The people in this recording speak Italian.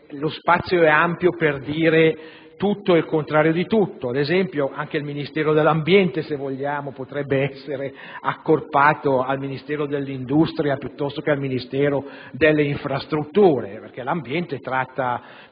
lo spazio è ampio per dire tutto e il contrario di tutto: ad esempio anche il Ministero dell'ambiente - se vogliamo - potrebbe essere accorpato al Ministero dell'industria piuttosto che a quello delle infrastrutture, perché l'ambiente tratta